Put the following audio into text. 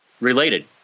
related